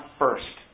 first